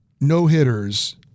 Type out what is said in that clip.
no-hitters